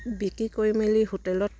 বিক্ৰী কৰি মেলি হোটেলত